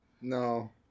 No